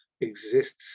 exists